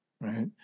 Right